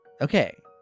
Okay